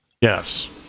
Yes